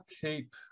keep